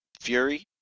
fury